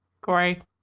Corey